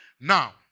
Now